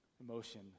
emotion